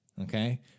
Okay